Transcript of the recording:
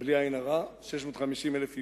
בלי עין הרע, 650,000 יהודים,